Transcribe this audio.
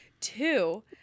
Two